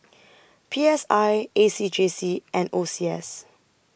P S I A C J C and O C S